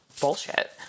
bullshit